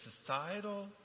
societal